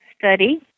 study